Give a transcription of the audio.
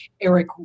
Eric